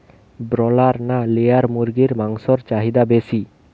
Broiler না layer মুরগির মাংসর চাহিদা বেশি?